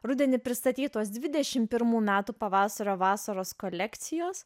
rudenį pristatytos dvidešim pirmų metų pavasario vasaros kolekcijos